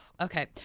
Okay